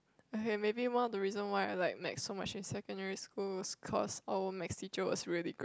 okay maybe one of the reason why I like math so much in secondary school is because our math teacher was really great